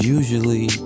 usually